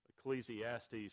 Ecclesiastes